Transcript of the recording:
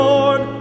Lord